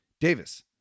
Davis